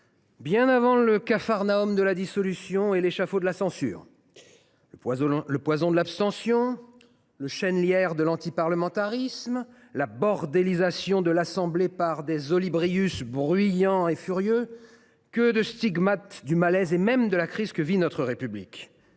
bien avant le capharnaüm de la dissolution et l’échafaud de la censure. Le poison de l’abstention, le chêne lierre de l’antiparlementarisme, la « bordélisation » de l’Assemblée nationale par des olibrius bruyants et furieux : que de stigmates du malaise – et même de la crise – que vit notre République